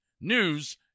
news